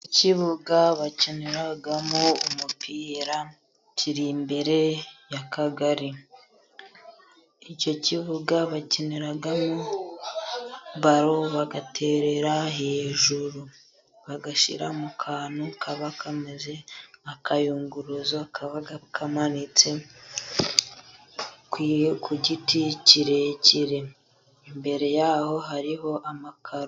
Ikibuga bakiniramo umupira kiri imbere y'akagari, icyo kibuga bakiniramo baro bagaterera hejuru bagashyira mu kantu kaba kameze nk'akayunguruzo kaba kamanitse ku giti kirekire, imbere yaho hariho amakaro.